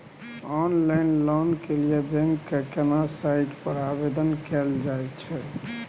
Online loan के लिए bank के केना साइट पर आवेदन कैल जाए छै?